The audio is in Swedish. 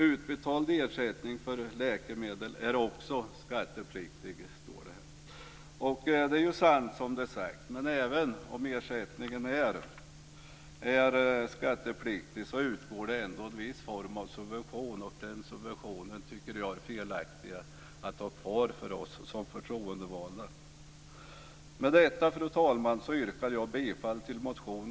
Utbetald ersättning för läkemedel är också skattepliktig", står det här. Och det är ju så sant som det är sagt. Men även om ersättningen är skattepliktig utgår det ändå en viss form av subvention, och den subventionen tycker jag att det är felaktigt att ha kvar för oss som förtroendevalda. Med detta, fru talman, yrkar jag bifall till motion